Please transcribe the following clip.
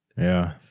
yeah.